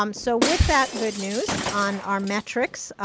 um so with that good news on our metrics,